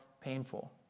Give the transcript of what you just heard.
painful